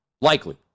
likely